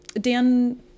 Dan